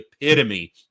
epitome